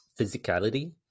physicality